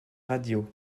radio